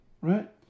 Right